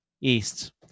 East